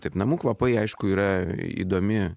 taip namų kvapai aišku yra įdomi